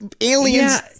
aliens